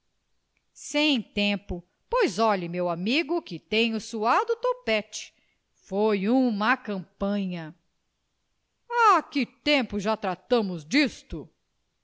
sem tempo pois olhe meu amigo que tenho suado o topete foi uma campanha há que tempo já tratamos disto